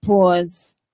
pause